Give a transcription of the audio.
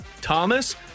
Thomas